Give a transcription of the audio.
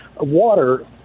water